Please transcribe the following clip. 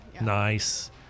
nice